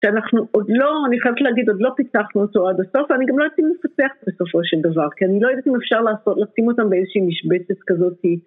שאנחנו עוד לא, אני חייבת להגיד עוד לא פיצחנו אותו עד הסוף, ואני גם לא יודעת אם נפצח בסופו של דבר, כי אני לא יודעת אם אפשר לעשות, לשים אותם באיזושהי משבצת כזאתי.